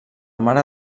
mare